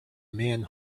man